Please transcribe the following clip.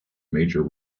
major